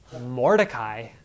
Mordecai